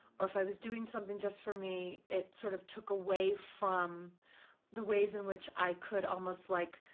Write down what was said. or if i was doing something just for me it sort of took away from the ways in which i could almost like,